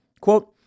Quote